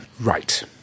Right